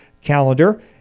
calendar